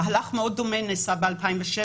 מהלך מאוד דומה נעשה ב-2007,